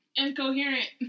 incoherent